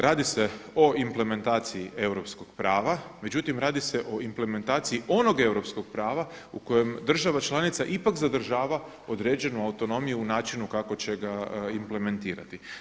Radi se o implementaciji europskog prava, međutim radi se o implementaciji onog europskog prava u kojem država članica ipak zadržava određenu autonomiju u načinu kako će ga implementirati.